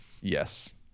Yes